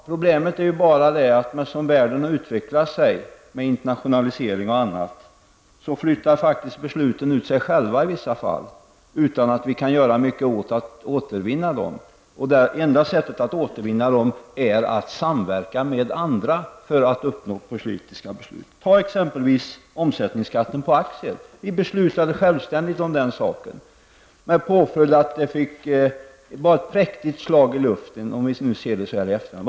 Problemet är ju bara att som världen har utvecklat sig -- med internationalisering och annat -- flyttar faktiskt besluten ut sig själva i vissa fall, utan att vi kan göra mycket för att återvinna dem. Det enda sättet att återvinna dem är att samverka med andra för att uppnå politiska beslut. Tag exempelvis omsättningsskatten på aktier! Vi beslutade självständigt om den saken. Det var ett präktigt slag i luften, finner vi så här i efterhand.